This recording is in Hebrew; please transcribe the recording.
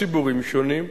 ציבורים שונים,